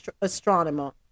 astronomer